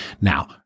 now